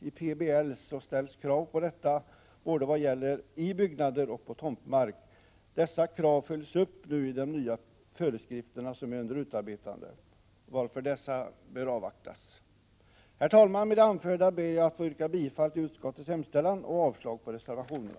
I PBL ställs krav på detta vad gäller både byggnader och tomtmark. Dessa krav följs upp i de nya föreskrifter som nu är under utarbetande, varför dessa bör avvaktas. Herr talman! Med det anförda ber jag att få yrka bifall till utskottets hemställan och avslag på reservationerna.